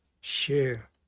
share